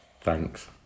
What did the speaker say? Thanks